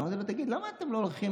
אמרתי לו: תגיד למה אתם לא הולכים?